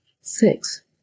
Six